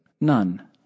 None